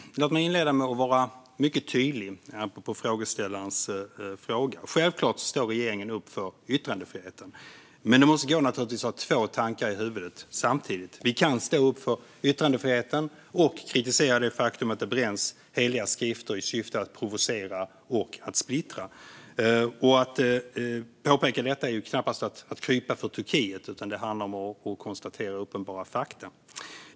Herr talman! Låt mig inleda med att vara mycket tydlig, apropå frågeställarens fråga: Självklart står regeringen upp för yttrandefriheten. Men det måste gå att ha två tankar i huvudet samtidigt. Vi kan stå upp för yttrandefriheten och kritisera det faktum att det bränns heliga skrifter i syfte att provocera och splittra. Att påpeka detta är knappast att krypa för Turkiet; det handlar om att konstatera uppenbara fakta.